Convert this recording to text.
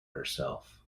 herself